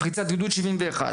פריצת גדוד 71,